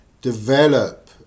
develop